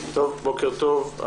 בוקר טוב.